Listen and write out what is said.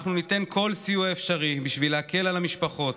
אנחנו ניתן כל סיוע אפשרי בשביל להקל על המשפחות.